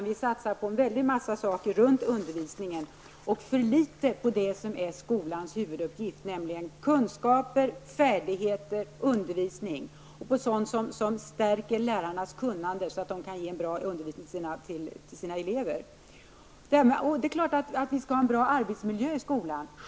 Vi satsar på en väldig massa saker runt undervisningen och för litet på det som är skolans huvuduppgift, nämligen kunskaper, färdigheter, undervisning och sådant som stärker lärarnas kunnande så att de kan ge en bra undervisning till sina elever. Det är klart att vi skall ha en bra arbetsmiljö i skolan.